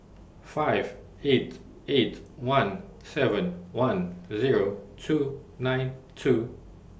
five eight eight one seven one Zero two nine two